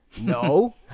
No